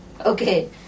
Okay